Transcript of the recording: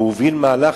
הוא הוביל מהלך,